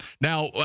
Now